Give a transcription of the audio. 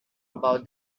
about